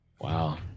Wow